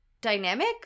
dynamic